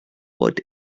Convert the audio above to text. fod